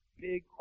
big